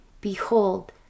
Behold